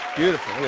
beautiful.